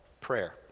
prayer